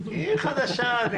היא חדשה.